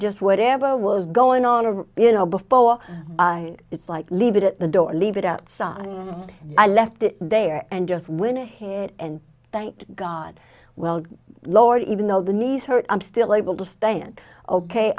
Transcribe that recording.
just whatever was going on you know before it's like leave it at the door leave it outside i left it there and just went ahead and thanked god well lord even though the knees hurt i'm still able to stand ok